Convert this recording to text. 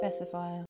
Specifier